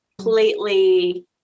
completely